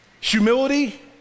Humility